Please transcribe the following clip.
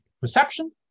perception